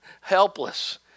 helpless